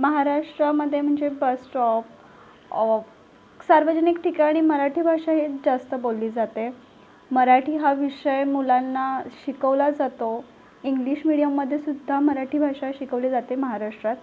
महाराष्ट्रामध्ये म्हणजे बसस्टॉप सार्वजनिक ठिकाणी मराठी भाषा हीच जास्त बोलली जाते मराठी हा विषय मुलांना शिकवला जातो इंग्लिश मीडियममध्येसुद्धा मराठी भाषा शिकवली जाते महाराष्ट्रात